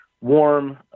warm